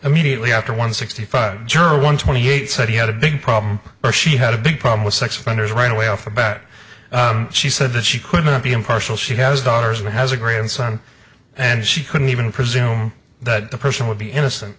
immediately after one sixty five juror one twenty eight said he had a big problem or she had a big problem with sex offenders right away off the bat she said that she could not be impartial she has daughters and has a grandson and she couldn't even presume that the person would be innocent